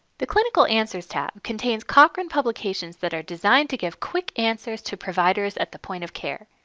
the clinical answers tab contains cochrane publications that are designed to give quick answers to providers at the point of care.